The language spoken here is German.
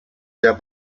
der